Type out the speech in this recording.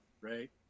right